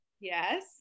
yes